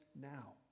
now